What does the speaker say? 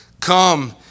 Come